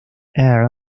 air